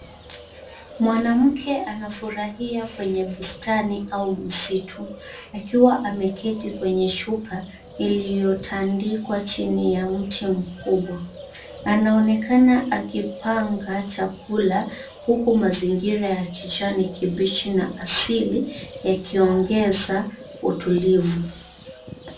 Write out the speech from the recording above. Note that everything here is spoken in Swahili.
Mwanamke anafurahia kwenye bustani au msitu akiwa ameketi kwenye shuka iliyotandikwa chini ya mti mkubwa. Anaonekana akipanga chakula huku mazingira ya kijani kibichi na asili yakiongeza utulivu.